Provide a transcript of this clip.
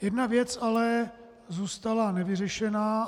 Jedna věc ale zůstala nevyřešena.